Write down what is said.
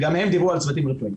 גם הם דיברו על צוותים רפואיים.